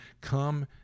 Come